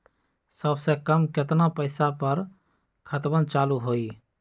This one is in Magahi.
सबसे कम केतना पईसा पर खतवन चालु होई?